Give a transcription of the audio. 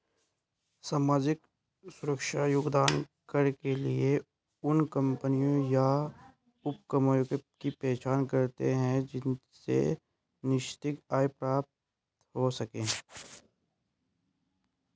सामाजिक सुरक्षा योगदान कर के लिए उन कम्पनियों या उपक्रमों की पहचान करते हैं जिनसे निश्चित आय प्राप्त हो सके